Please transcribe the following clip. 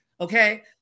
Okay